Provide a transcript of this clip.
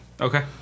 Okay